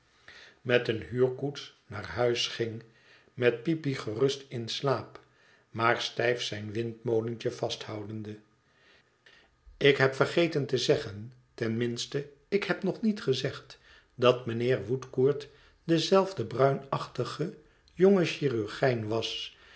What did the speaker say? met eene huurkoets naar huis ging met peepy gerust in slaap maar stijf zijn windmolentje vasthoudende ik heb vergeten te zeggen ten minste ik heb nog niet gezegd dat mijnheer woodcourt dezelfde bruinachtige jonge chirurgijn was